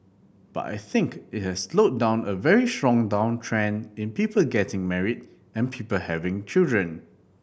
but I think it has slowed down a very strong downtrend in people getting married and people having children